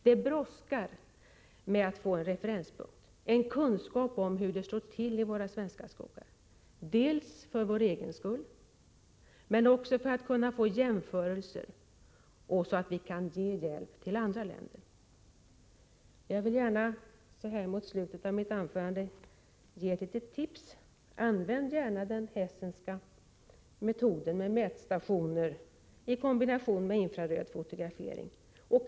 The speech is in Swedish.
Det brådskar med att få en referenspunkt, en kunskap om hur det står till i våra svenska skogar, dels för vår egen skull, dels också för att kunna få jämförelser så att vi kan ge hjälp till andra länder. Jag vill, i slutet av mitt anförande, ge ett litet tips: Använd gärna den metod man tillämpar i Hessen med mätstationer i kombination med fotografering med hjälp av infrarött ljus.